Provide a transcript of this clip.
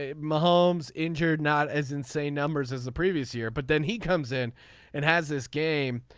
ah more homes injured. not as insane numbers as the previous year but then he comes in and has this game.